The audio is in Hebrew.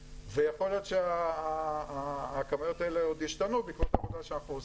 ויכול להיות שהכוונות האלה עוד ישתנו בעקבות עבודה שאנחנו עושים,